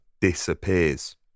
disappears